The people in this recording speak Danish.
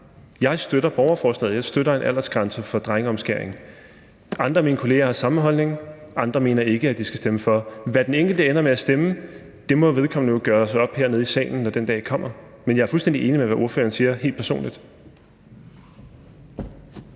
Jeg støtter borgerforslaget. Jeg støtter en aldersgrænse for drengeomskæring. Nogle af mine kollegaer har samme holdning, andre igen mener ikke, at de skal stemme for. Hvad den enkelte ender med at stemme, må vedkommende jo gøre op her i salen, når den dag kommer. Men jeg er personligt fuldstændig enig i det, ordføreren siger. Kl.